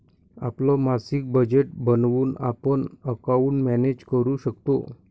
आपलं मासिक बजेट बनवून आपण अकाउंट मॅनेज करू शकतो